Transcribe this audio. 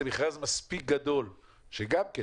זה מכרז מספיק גדול שגם כן,